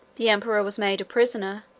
the emperor was made a prisoner,